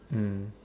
mm